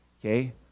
Okay